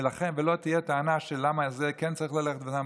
ולא תהיה טענה של למה זה כן צריך ללכת ולמה